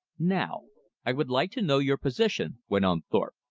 now i would like to know your position, went on thorpe.